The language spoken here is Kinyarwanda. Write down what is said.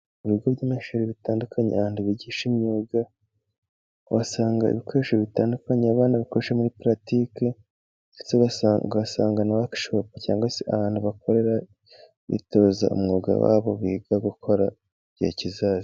Mu bigo by'amashuri bitandukanye ahantu bigisha imyuga uhasanga ibikoresho bitandukanye, abana bakoresha muri puratike ndetse ugasanga ukahasanga wakishopu cyangwa se abantu bakorera, bitoza umwuga wabo biga gukora igihe kizaza.